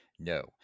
No